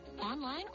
online